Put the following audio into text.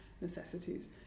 necessities